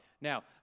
Now